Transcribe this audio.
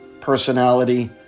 personality